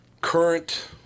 current